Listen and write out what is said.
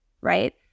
right